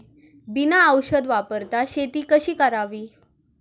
बिना औषध वापरता शेती कशी करावी?